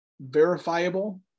verifiable